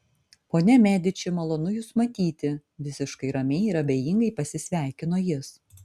ponia mediči malonu jus matyti visiškai ramiai ir abejingai pasisveikino jis